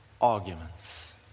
arguments